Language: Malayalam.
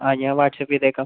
ആ ഞാൻ വാട്സപ്പ് ചെയ്തെക്കാം